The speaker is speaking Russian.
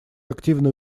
активное